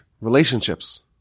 relationships